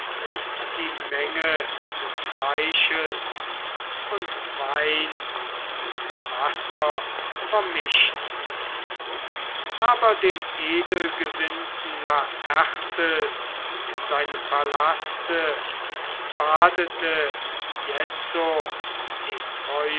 die menge des fleisches und wein mit wasser vermischten aber den edelgesinnten laertes in seinem palaste badete jetzo die treue